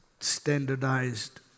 standardized